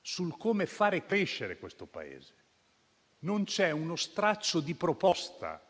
su come fare crescere questo Paese. Non c'è uno straccio di proposta